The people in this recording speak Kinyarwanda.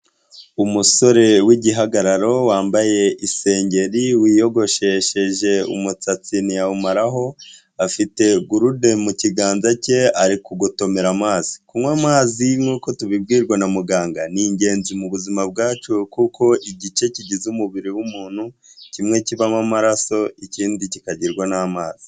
Umusore w'igihagararo wambaye isengeri wiyogoshesheje umusatsi ntiyawumaraho, afite gurude mu kiganza cye arigotomera amazi, kunywa amazi nkuko tubibwirwa na muganga, ni ingenzi mu buzima bwacu kuko igice kigize umubiri w'umuntu kimwe kibamo amaraso ikindi kikagirwa n'amazi.